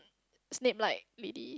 Snape like ready